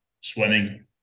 swimming